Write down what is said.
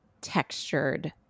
textured